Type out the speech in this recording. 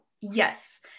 yes